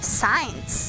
science